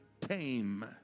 tame